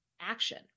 action